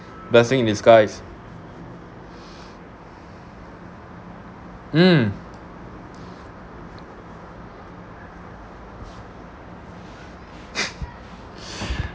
blessing in disguise um